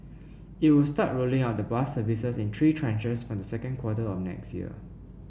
it will start rolling out the bus services in three tranches from the second quarter of next year